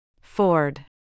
Ford